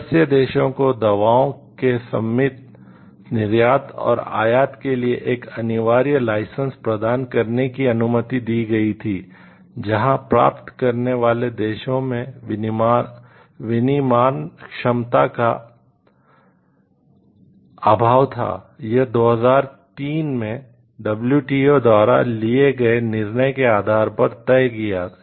सदस्य देशों को दवाओं के सीमित निर्यात और आयात के लिए एक अनिवार्य लाइसेंस द्वारा लिए गए निर्णय के आधार पर तय किया गया था